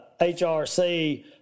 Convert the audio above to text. HRC